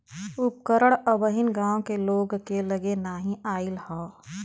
उपकरण अबहिन गांव के लोग के लगे नाहि आईल हौ